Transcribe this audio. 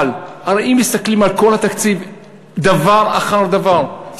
הרי אם מסתכלים על כל התקציב דבר אחר דבר,